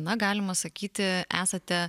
na galima sakyti esate